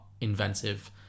inventive